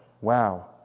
Wow